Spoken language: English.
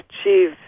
achieve